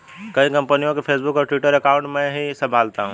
कई कंपनियों के फेसबुक और ट्विटर अकाउंट मैं ही संभालता हूं